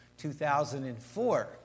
2004